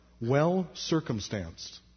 well-circumstanced